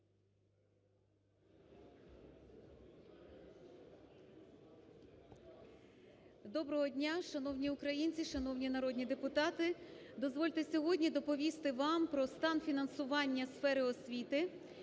Доброго дня, шановні українці, шановні народні депутати. Дозвольте сьогодні доповісти вам про стан фінансування сфери освіти